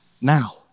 now